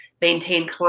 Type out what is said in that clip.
maintain